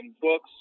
books